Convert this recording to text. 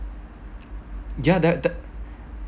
yeah that the